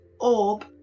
orb